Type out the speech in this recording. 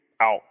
out